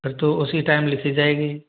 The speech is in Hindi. फिर तो उसी टाइम लिखी जाएगी